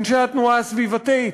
אנשי התנועה הסביבתית.